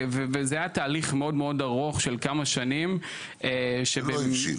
וזה היה תהליך מאוד מאוד ארוך של כמה שנים שבהן -- שלא הבשיל.